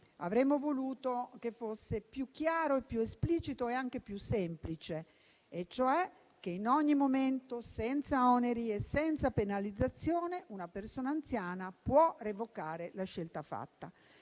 Vice Ministro, che fosse più chiaro, esplicito e anche più semplice, e cioè che in ogni momento, senza oneri e penalizzazioni, una persona anziana potesse revocare la scelta fatta.